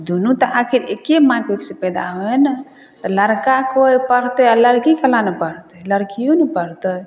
दुन्नू तऽ आखिर एक्के माइ कोख से पैदा होइ हइ ने तऽ लड़का कोइ पढ़तै आओर लड़की कोना नहि पढ़तै लड़किओ ने पढ़तै